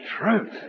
truth